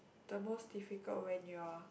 the most difficult when you are